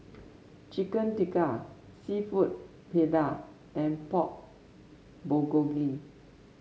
Chicken Tikka seafood Paella and Pork Bulgogi